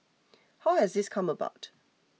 how has this come about